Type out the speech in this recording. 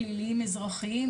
פליליים אזרחיים,